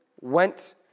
went